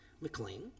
McLean